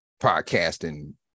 podcasting